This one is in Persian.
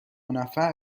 نفر